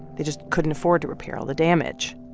they just couldn't afford to repair all the damage.